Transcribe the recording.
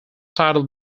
title